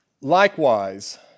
Likewise